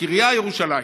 הקריה, ירושלים.